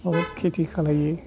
बुहुद खिथि खालायो